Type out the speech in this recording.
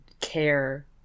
care